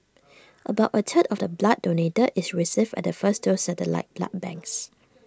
about A third of the blood donated is received at the first two satellite blood banks